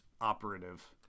operative